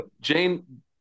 Jane